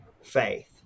faith